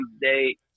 Day